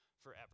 forever